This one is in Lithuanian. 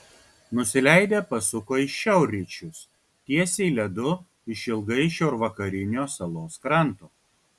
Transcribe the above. nusileidę pasuko į šiaurryčius tiesiai ledu išilgai šiaurvakarinio salos kranto